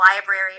library